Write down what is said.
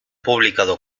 publicado